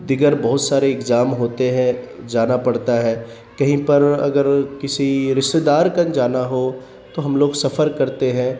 دیگر بہت سارے اگزام ہوتے ہیں جانا پڑتا ہے کہیں پر اگر کسی رشتےدار کن جانا ہو تو ہم لوگ سفر کرتے ہیں